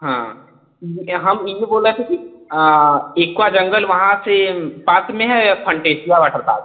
हाँ यह हम यह बोल रहे थे कि इक्वा जंगल वहाँ से पास में है या फनटेसिया वाटर पार्क